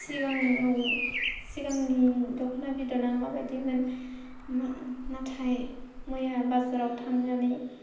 सिगाङाव सिगांनि दख'ना बिद'ना माबादिमोन ना नाथाय मैया बाजाराव थांनानै